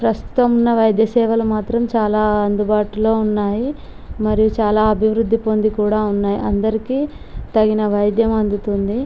ప్రస్తుతం ఉన్న వైద్య సేవలు మాత్రం చాలా అందుబాటులో ఉన్నాయి మరియు చాలా అభివృద్ధి పొంది కూడా ఉన్నాయి అందరికీ తగిన వైద్యం అందుతుంది